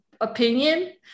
opinion